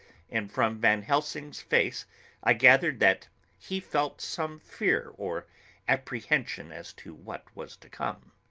and from van helsing's face i gathered that he felt some fear or apprehension as to what was to come.